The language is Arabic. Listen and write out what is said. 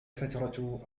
فترة